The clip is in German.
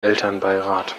elternbeirat